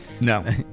No